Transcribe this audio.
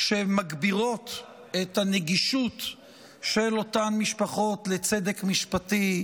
שמגבירות את הנגישות של אותן משפחות לצדק משפטי,